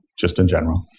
just in general.